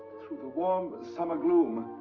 through the warm summer gloom,